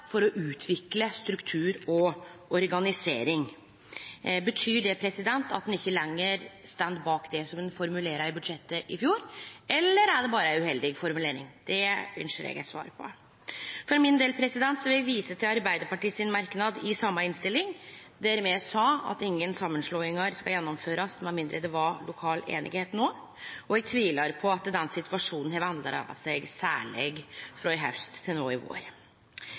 for å utvikle struktur og organisering. Betyr det at ein ikkje lenger står bak det som ein formulerte i samband med budsjettet i fjor, eller er det berre ei uheldig formulering? Det ønskjer eg eit svar på. For min del vil eg vise til Arbeidarpartiet sin merknad i den same innstillinga, der me sa at «sammenslåinger ikke skal gjennomføres nå med mindre det er lokal enighet», og eg tvilar på at den situasjonen har endra seg særleg frå i haust til no i vår.